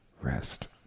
rest